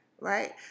Right